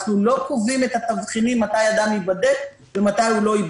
אנחנו לא קובעים את התבחינים מתי אדם ייבדק ומתי לא.